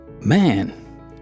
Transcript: Man